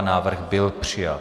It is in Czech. Návrh byl přijat.